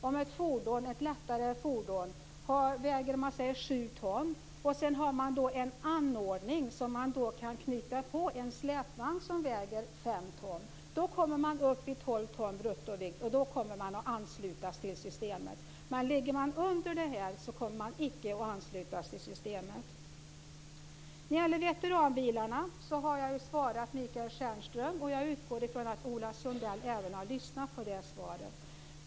Om ett lättare fordon väger t.ex. 7 ton och har en anordning - en släpvagn som väger 5 ton - som kan hakas på, då blir bruttovikten 12 ton och då kommer man att anslutas till systemet. Men understiger fordonets bruttovikt 12 ton blir man inte ansluten till systemet. När det gäller veteranbilarna har jag svarat Michael Stjernström. Jag utgår ifrån att även Ola Sundell lyssnade på det svaret.